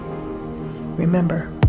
Remember